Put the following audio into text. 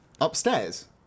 Upstairs